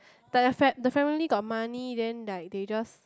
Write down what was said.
like the fam~ the family got money then like they just